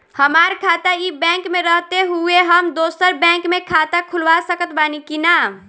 हमार खाता ई बैंक मे रहते हुये हम दोसर बैंक मे खाता खुलवा सकत बानी की ना?